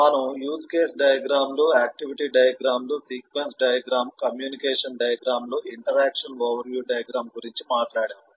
మనము use case diagram లు activity diagram లు సీక్వెన్స్ డయాగ్రమ్ కమ్యూనికేషన్ డయాగ్రమ్ లు ఇంటరాక్షన్ ఓవర్ వ్యూ డయాగ్రమ్ గురించి మాట్లాడాము